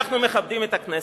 אנחנו מכבדים את הכנסת.